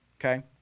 okay